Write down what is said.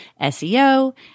SEO